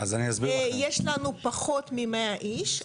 יש לנו פחות מ-100 איש,